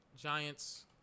Giants